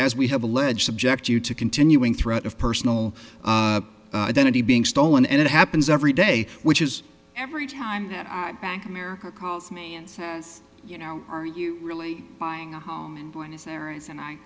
as we have allege subject you to continuing threat of personal identity being stolen and it happens every day which is every time that i bank america calls me and says you know are you really buying a home and